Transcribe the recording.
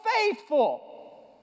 faithful